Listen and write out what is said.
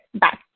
Bye